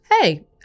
hey